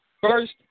first